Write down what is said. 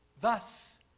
Thus